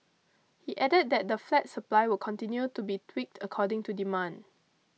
he added that the flat supply will continue to be tweaked according to demand